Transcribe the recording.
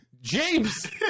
James